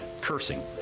cursing